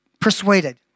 persuaded